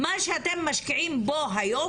מה שאתם משקיעים בו היום,